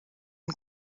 bis